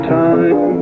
time